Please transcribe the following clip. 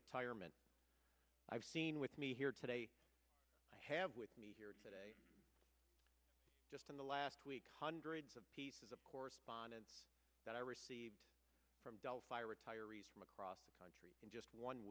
retirement i've seen with me here today i have with me here today just in the last week hundreds of pieces of correspondence that i received from delphi retiree's from across the country in just one